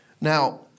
Now